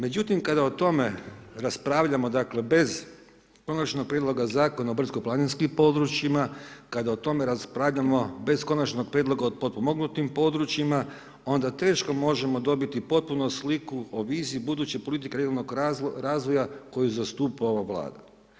Međutim kada o tome raspravljamo, dakle, bez Konačnog prijedloga Zakona o brdsko planinskim područjima, kada o tome raspravljamo bez Konačnog prijedloga o potpomognutim područjima, onda teško možemo dobiti potpuno sliku o viziji buduće politike regionalnog razvoja koju zastupa ova Vlada.